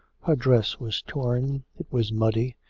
her dress was torn, it was muddy,